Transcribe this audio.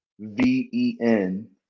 V-E-N